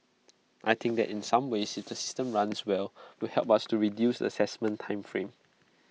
I think that in some ways if the system runs well will help us to reduce the Assessment time frame